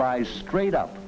rise straight up